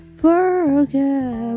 forget